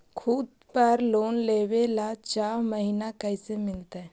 खूत पर लोन लेबे ल चाह महिना कैसे मिलतै?